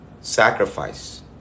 sacrifice